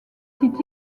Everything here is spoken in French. sites